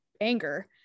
anger